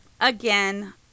again